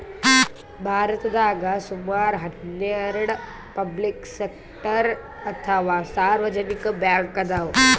ಭಾರತದಾಗ್ ಸುಮಾರ್ ಹನ್ನೆರಡ್ ಪಬ್ಲಿಕ್ ಸೆಕ್ಟರ್ ಅಥವಾ ಸಾರ್ವಜನಿಕ್ ಬ್ಯಾಂಕ್ ಅದಾವ್